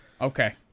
Okay